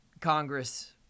congress